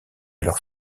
leurs